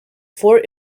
four